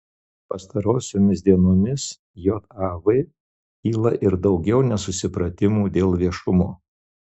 pastarosiomis dienomis jav kyla ir daugiau nesusipratimų dėl viešumo